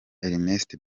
ernest